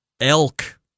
elk